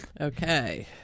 Okay